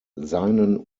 seinen